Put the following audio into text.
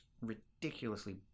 ridiculously